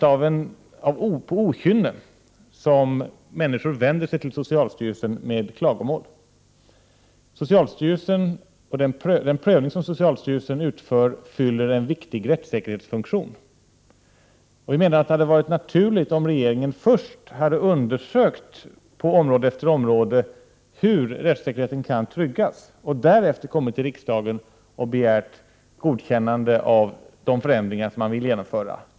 Det är inte av okynne som människor vänder sig till socialstyrelsen med klagomål. Den prövning som socialstyrelsen gör fyller en viktig rättssäkerhetsfunktion. Vi menar att det hade varit naturligt om regeringen på område efter område undersökt hur rättssäkerheten kan tryggas och därefter kommit till riksdagen och begärt ett godkännande av de förändringar man vill genomföra.